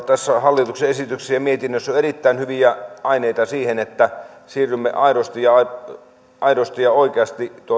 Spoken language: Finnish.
tässä hallituksen esityksessä ja mietinnössä on erittäin paljon hyviä aineita siihen että siirrymme aidosti ja oikeasti